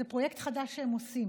זה פרויקט חדש שהם עושים,